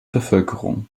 bevölkerung